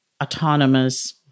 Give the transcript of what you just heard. autonomous